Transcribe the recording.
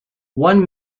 one